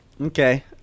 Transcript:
Okay